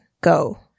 go